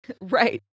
Right